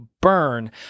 burn